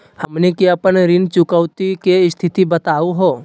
हमनी के अपन ऋण चुकौती के स्थिति बताहु हो?